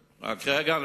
רק רגע,